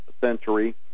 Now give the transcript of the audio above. century